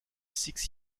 six